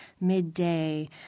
midday